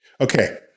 Okay